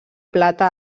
plata